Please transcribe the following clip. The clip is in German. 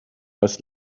was